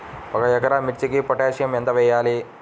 ఒక ఎకరా మిర్చీకి పొటాషియం ఎంత వెయ్యాలి?